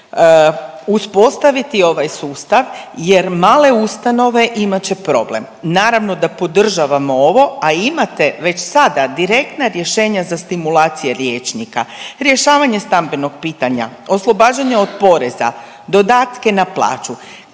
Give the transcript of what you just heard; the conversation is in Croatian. uspostaviti ovaj sustav jer male ustanove imat će problem. Naravno da podržavamo ovo, a imate već sada direktna rješenja za stimulacije liječnika, rješavanje stambenog pitanja, oslobađanje od poreza, dodatke na plaću.